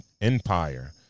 Empire